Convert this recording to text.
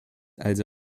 also